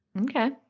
Okay